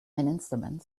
instrument